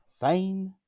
Fine